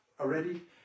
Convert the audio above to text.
already